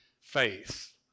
faith